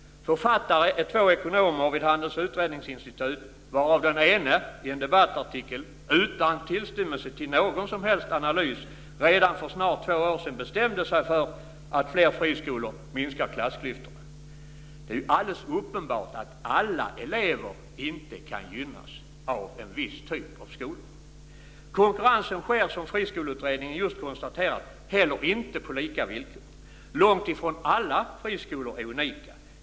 Författare är två ekonomer vid Handelns Utredningsinstitut, varar den ene i en debattartikel - utan tillstymmelse till någon analys - redan för snart två år sedan bestämde sig för att "fler friskolor minskar klassklyftorna". Det är alldeles uppenbart att alla elever inte kan gynnas av en viss typ av skolor. Konkurrensen sker, som Friskoleutredningen just har konstaterat, heller inte på lika villkor. Långtifrån alla friskolor är unika.